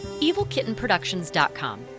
evilkittenproductions.com